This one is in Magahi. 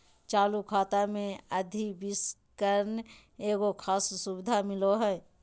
चालू खाता मे अधिविकर्षण एगो खास सुविधा मिलो हय